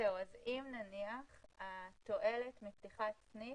אם נניח התועלת מפתיחת סניף,